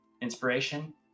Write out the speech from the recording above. inspiration